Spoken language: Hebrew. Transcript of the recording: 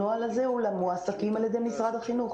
הנוהל הזה הוא למועסקים על ידי משרד החינוך.